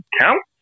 Count